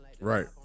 right